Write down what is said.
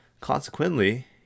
Consequently